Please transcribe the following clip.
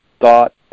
thought